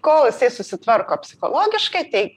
kol jisai susitvarko psichologiškai tai